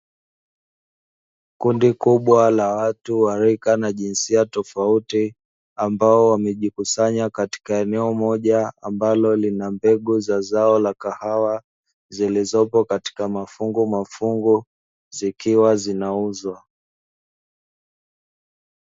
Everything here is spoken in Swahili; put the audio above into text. Kundi kubwa la watu wa rika na jinsia tofauti, ambao wamejikusanya katika eneo moja ambalo lina mbegu za zao la kahawa zilizopo katika mafungu mafungu zikiwa zinauzwa.